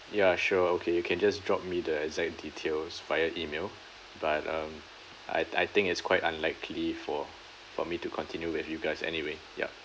ya sure okay you can just drop me the exact details via email but um I I think it's quite unlikely for for me to continue with you guys anyway yup